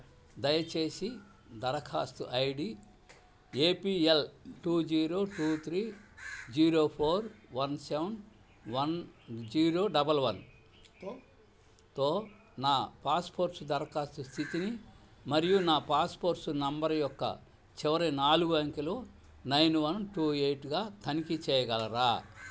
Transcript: దయచేసి దరఖాస్తు ID APL two zero two three zero four one seven one zero double one తో నా passports దరఖాస్తు స్థితిని మరియు నా పాస్పోర్ట్స్ నంబర్ యొక్క చివరి నాలుగు అంకెలు నైన్ వన్ టూ ఎయిట్గా తనిఖీ చేయగలరా